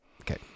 Okay